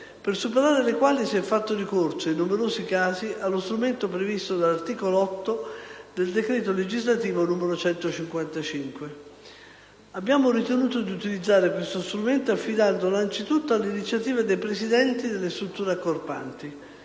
per superare le quali si è fatto ricorso, in numerose casi, allo strumento previsto dall'articolo 8 del decreto legislativo n. 155. Abbiamo ritenuto di utilizzare questo strumento affidandolo, anzitutto, all'iniziativa dei presidenti delle strutture accorpanti.